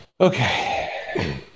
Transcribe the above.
Okay